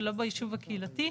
ולא ביישוב הקהילתי,